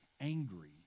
angry